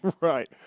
Right